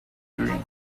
green